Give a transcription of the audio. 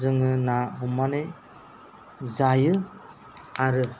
जोङो ना हमनानै जायो आरो